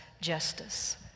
justice